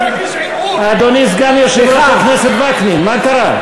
אדוני סגן יושב-ראש הכנסת וקנין, מה קרה?